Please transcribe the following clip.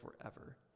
forever